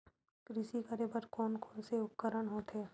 कृषि करेबर कोन कौन से उपकरण होथे?